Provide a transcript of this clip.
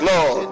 Lord